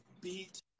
beat